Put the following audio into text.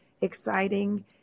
exciting